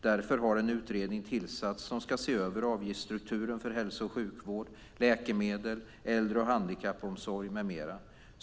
Därför har en utredning tillsatts som ska se över avgiftsstrukturen för hälso och sjukvård, läkemedel, äldre och handikappomsorg med mera.